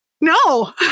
no